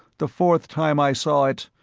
the fourth time i saw it,